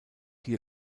hier